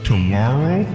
Tomorrow